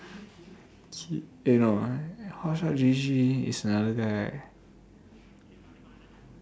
eh no hotshotgg is another guy eh